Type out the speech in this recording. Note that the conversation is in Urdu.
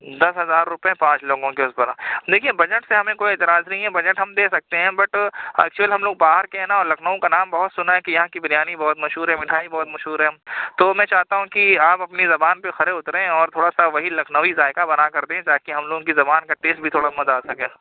دس ہزار روپے پانچ لوگوں کے اوپر دیکھیے بجٹ سے ہمیں کوئی اعتراض نہیں ہے بجٹ ہم دے سکتے ہیں بٹ ایکچوئل ہم لوگ باہر کے ہیں نا اور لکھنؤ کا نام بہت سنا ہے کہ یہاں کی بریانی بہت مشہور ہے مٹھائی بہت مشہور ہے تو میں چاہتا ہوں کہ آپ اپنی زبان پر کھرے اتریں اور تھوڑا سا وہی لکھنوی ذائقہ بنا کر دیں تاکہ ہم لوگوں کی زبان کا ٹیسٹ بھی تھوڑا مزہ آ سکے